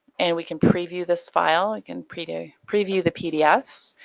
and we can preview this file, i can preview preview the pdfs.